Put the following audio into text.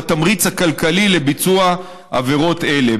בתמריץ הכלכלי לביצוע עבירות אלה.